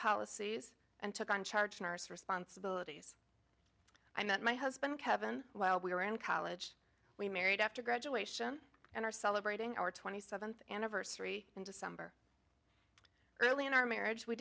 policies and took on charge nurse responsibilities i met my husband kevin while we were in college we married after graduation and are celebrating our twenty seventh anniversary in december early in our marriage we